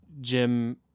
Jim